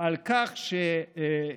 על כך שיש